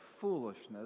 foolishness